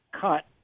cut